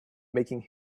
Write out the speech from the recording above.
making